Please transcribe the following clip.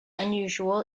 unusual